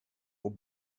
och